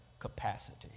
capacity